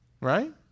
Right